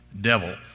devil